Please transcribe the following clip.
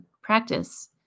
practice